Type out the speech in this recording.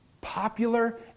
popular